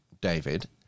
David